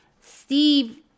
steve